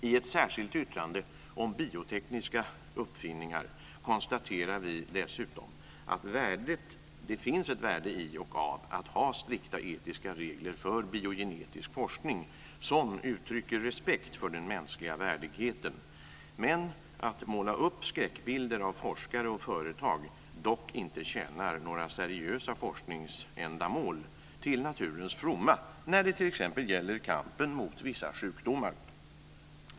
I ett särskilt yttrande om biotekniska uppfinningar konstaterar vi dessutom att det finns ett värde i att ha strikta etiska regler för biogenetisk forskning som uttrycker respekt för den mänskliga värdigheten. Men att måla upp skräckbilder av forskare och företag tjänar dock inte några seriösa forskningsändamål till naturens fromma när det t.ex. gäller kampen mot vissa sjukdomar.